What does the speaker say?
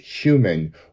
human